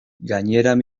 gainean